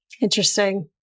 Interesting